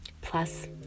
Plus